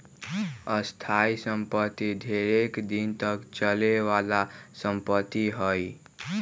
स्थाइ सम्पति ढेरेक दिन तक चले बला संपत्ति हइ